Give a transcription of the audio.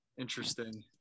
interesting